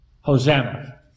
Hosanna